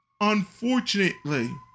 Unfortunately